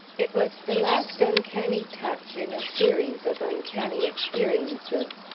it was the last uncanny touch in a series of uncanny experiences.